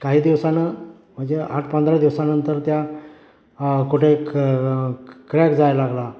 काही दिवसानं म्हणजे आठ पंधरा दिवसानंतर त्या कुठे क क्रॅक जायला लागला